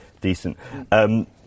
decent